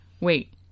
Wait